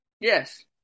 Yes